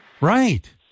Right